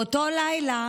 באותו לילה